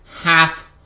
half